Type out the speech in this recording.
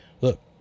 look